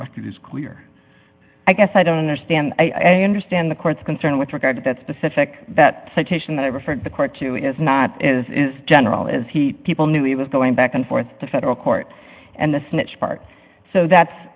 record is clear i guess i don't understand i understand the court's concern with regard to that specific that citation that i referred the court to is not is in general is he people knew he was going back and forth the federal court and the snitch part so that's